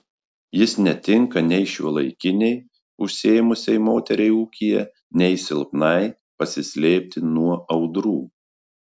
jis netinka nei šiuolaikinei užsiėmusiai moteriai ūkyje nei silpnai pasislėpti nuo audrų